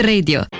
Radio